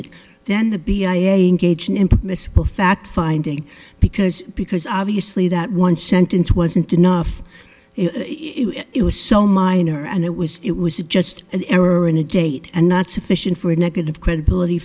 fact finding because because obviously that one sentence wasn't enough if it was so minor and it was it was just an error in a date and not sufficient for negative credibility